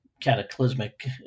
cataclysmic